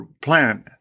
planet